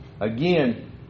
Again